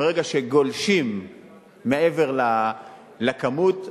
ברגע שגולשים מעבר לכמות,